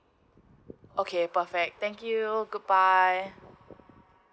okay perfect thank you good bye